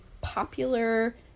popular